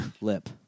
Lip